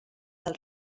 del